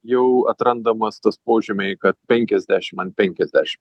jau atrandamas tas požymiai kad penkiasdešim an penkiasdeš